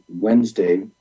Wednesday